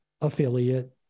affiliate